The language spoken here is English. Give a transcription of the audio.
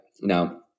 now